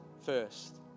first